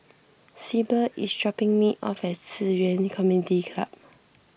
Syble is dropping me off at Ci Yuan Community Club